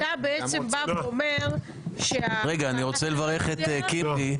אתה בעצם בא ואומר --- אני רוצה לברך את קינלי,